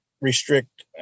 restrict